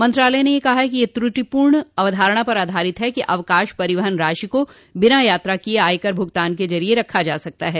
मंत्रालय ने कहा है कि यह त्रुटिपूर्ण अवधारणा पर आधारित है कि अवकाश परिवहन राशि को बिना यात्रा किए आयकर भुगतान के जरिए रखा जा सकता है